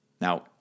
Now